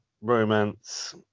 romance